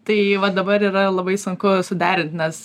tai va dabar yra labai sunku suderint nes